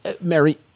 Mary